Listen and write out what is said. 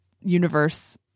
universe